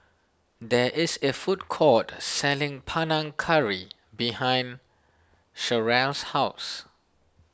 there is a food court selling Panang Curry behind Sheryl's house